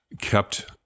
kept